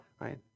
right